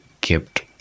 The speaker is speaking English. kept